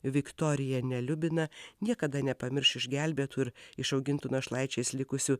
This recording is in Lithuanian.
viktorija neliubina niekada nepamirš išgelbėtų ir išaugintų našlaičiais likusių